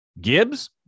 Gibbs